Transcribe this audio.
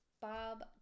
Bob